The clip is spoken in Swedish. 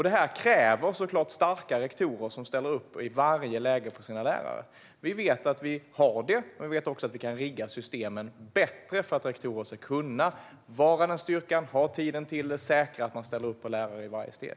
Det här kräver såklart starka rektorer som i varje läge ställer upp för sina lärare. Vi vet att vi har det, men vi vet också att vi kan rigga systemen bättre för att rektorer ska kunna ha den styrkan, ha tiden till det och säkra att de ställer upp för lärare i varje steg.